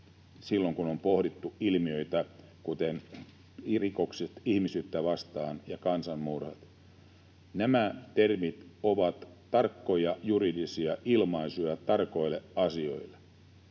silloin, kun on pohdittu ilmiöitä kuten rikokset ihmisyyttä vastaan ja kansanmurhat. Nämä termit ovat tarkkoja juridisia ilmaisuja tarkoille asioille.